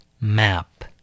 map